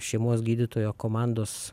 šeimos gydytojo komandos